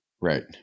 right